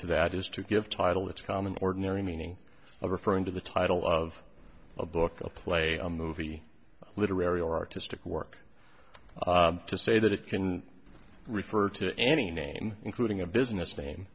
to that is to give title its common ordinary meaning of referring to the title of a book a play on the movie literary or artistic work to say that it can refer to any inane including a business name